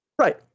right